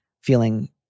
feeling